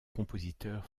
compositeur